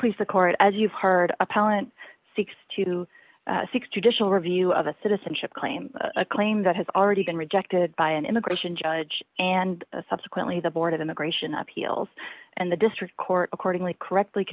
please the court as you've heard appellant seeks to seek judicial review of a citizenship claim a claim that has already been rejected by an immigration judge and subsequently the board of immigration appeals and the district court accordingly correctly